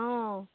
অঁ